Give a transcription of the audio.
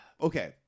Okay